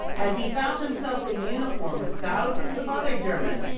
as he found himself in uniform with thousands of other germans,